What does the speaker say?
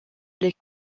les